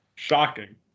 Shocking